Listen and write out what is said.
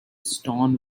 stone